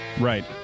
Right